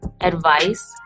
advice